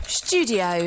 studio